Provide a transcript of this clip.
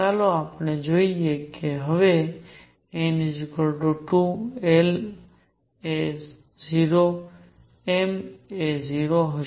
ચાલો આપણે જોઈએ કે હવે n 2 l એ 0 m છે જે 0 હશે